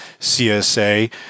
CSA